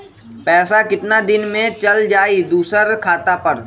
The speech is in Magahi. पैसा कितना दिन में चल जाई दुसर खाता पर?